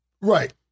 Right